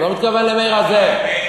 הוא לא מתכוון למאיר הזה.